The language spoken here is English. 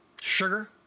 sugar